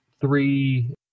three